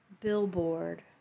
billboard